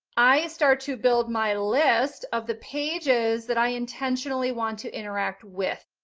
i start to build my list of the pages that i intentionally want to interact with.